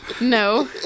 no